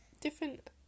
different